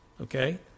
Okay